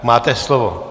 Máte slovo.